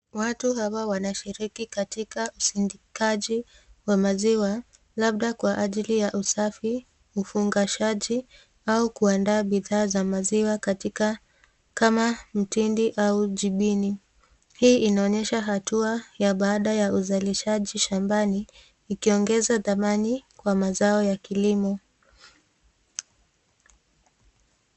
Watu hawa wanshiriki katika usindikazi wa maziwa labda kwa ajili ya usafi ufungushaji au kuandaa bidhaa za maziwa katika kama mtindi au jimbini, hii inaonyesha hatua ya baada ya uzalishaji shambani ikiongeza dhamani kwa mazao ya kilimo.